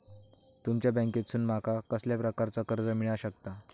तुमच्या बँकेसून माका कसल्या प्रकारचा कर्ज मिला शकता?